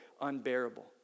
unbearable